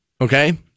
Okay